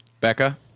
Becca